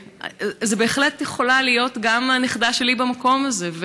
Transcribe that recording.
זה בהחלט יכולה להיות גם הנכדה שלי במקום הזה,